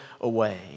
away